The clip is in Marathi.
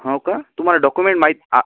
हो का तुम्हाला डॉकुमेंट् माहीत आ